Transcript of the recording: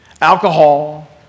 alcohol